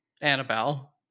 annabelle